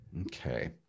Okay